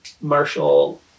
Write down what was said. marshall